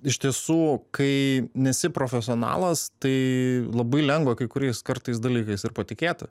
iš tiesų kai nesi profesionalas tai labai lengva kai kuriais kartais dalykais ir patikėti